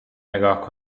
نگاه